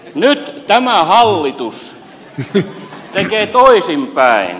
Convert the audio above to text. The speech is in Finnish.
nyt tämä hallitus tekee toisinpäin